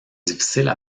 difficiles